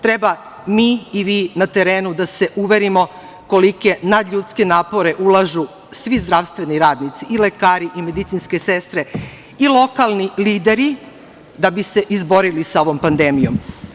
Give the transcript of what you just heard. Treba mi i vi na terenu da se uverimo koliki je nadljudske napore ulažu svi zdravstveni radnici i lekari i medicinske sestre i lokalni lideri da bi se izborili sa ovom pandemijom.